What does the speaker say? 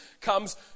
comes